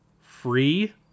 free